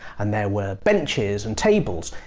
and there were benches and tables,